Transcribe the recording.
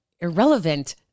irrelevant